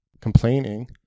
complaining